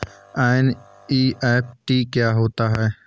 NEFT क्या होता है?